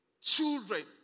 children